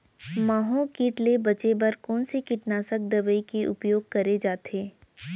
माहो किट ले बचे बर कोन से कीटनाशक दवई के उपयोग करे जाथे?